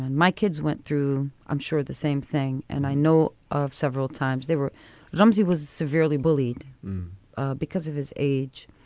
my kids went through. i'm sure the same thing. and i know of several times they were rumsey was severely bullied because of his age.